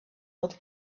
old